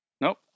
Nope